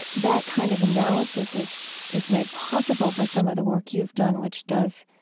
ah that kind of analysis is is made possible by some of the work you've done, which does